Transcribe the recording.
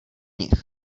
nich